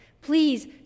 Please